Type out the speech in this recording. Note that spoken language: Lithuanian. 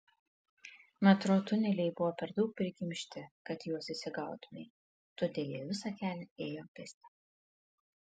metro tuneliai buvo per daug prikimšti kad į juos įsigautumei todėl jie visą kelią ėjo pėsti